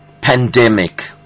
pandemic